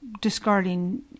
discarding